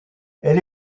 elle